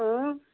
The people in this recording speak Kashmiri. اۭں